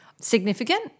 significant